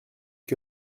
que